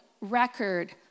record